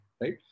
right